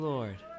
Lord